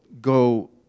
go